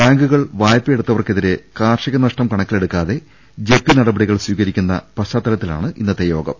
ബാങ്കു കൾ വായ്പയെടുത്തവർക്കെതിരെ കാർഷിക നഷ്ടം കണക്കിലെടു ക്കാതെ ജപ്തി നടപടികൾ സ്വീകരിക്കുന്ന പശ്ചാത്തലത്തിലാണ് ഇന്നത്തെ യോഗം